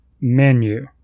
menu